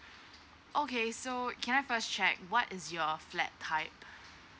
okay so can I first check what is your flat type